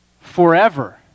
Forever